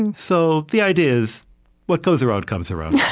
and so the idea is what goes around, comes around